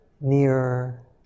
nearer